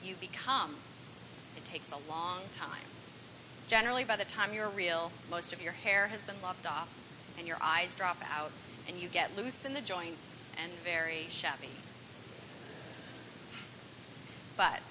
you become it takes a long time generally by the time your real most of your hair has been lopped off and your eyes drop out and you get loose in the joints and very shabby but